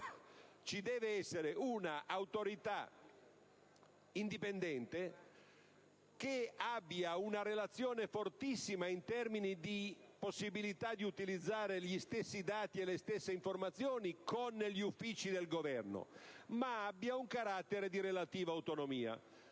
ci deve essere una autorità indipendente che abbia una relazione fortissima, in termini di possibilità di utilizzare gli stessi dati e le stesse informazioni, con gli uffici del Governo, ma abbia un carattere di relativa autonomia.